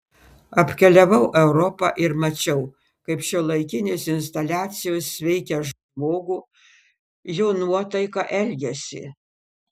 apkeliavau europą ir mačiau kaip šiuolaikinės instaliacijos veikia žmogų jo nuotaiką elgesį